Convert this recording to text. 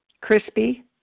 Crispy